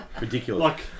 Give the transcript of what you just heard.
Ridiculous